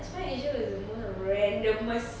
smart asia was the most randomest